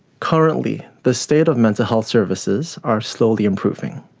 currently the state of mental health services are slowly improving.